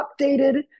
updated